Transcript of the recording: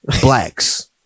blacks